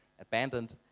abandoned